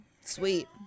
Sweet